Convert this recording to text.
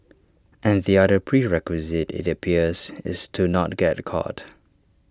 and the other prerequisite IT appears is to not get caught